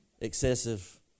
excessive